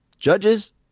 Judges